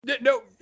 No